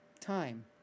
Time